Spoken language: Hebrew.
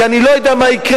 כי אני לא יודע מה יקרה,